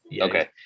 Okay